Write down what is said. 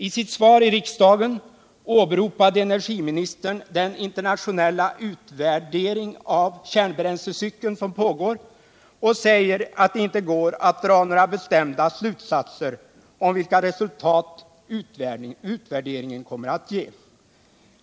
I sitt svar i riksdagen åberopade energiministern den internationella utvärdering av kärnbränslecykeln som pågår och sade att det inte går att dra några bestämda slutsatser om vilka resultat utvärderingen kommer att ge.